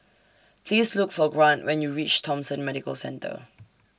Please Look For Grant when YOU REACH Thomson Medical Centre